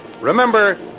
Remember